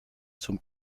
zum